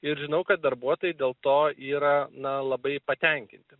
ir žinau kad darbuotojai dėl to yra na labai patenkinti